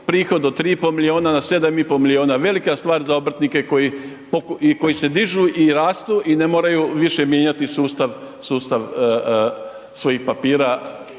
prihod od 3,5 milijuna na 7,5 milijuna je velika stvar za obrtnike koji se dižu i rastu i ne moraju više mijenjati sustav svojih papira